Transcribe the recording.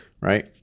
right